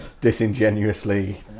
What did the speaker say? Disingenuously